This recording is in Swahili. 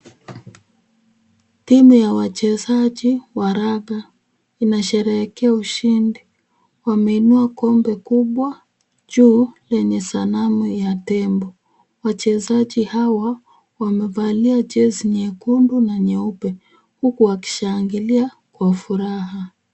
Timu ya wachezaji wa raga inasherehekea ushindi, wameinua kombe kubwa juu lenye sanamu ya tembo. Wachezaji hawa wamevalia jezi nyekundu na nyeupe huku wakishangilia kwa furaha.